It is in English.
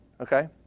Okay